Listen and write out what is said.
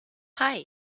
hei